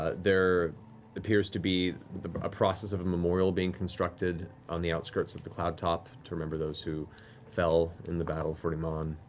ah there appears to be a process of of memorial being constructed on the outskirts of the cloudtop to remember those who fell in the battle for emon.